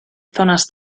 zonas